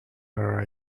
are